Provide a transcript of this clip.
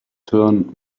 turn